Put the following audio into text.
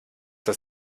das